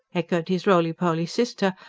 echoed his roly-poly sister,